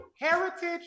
Heritage